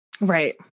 Right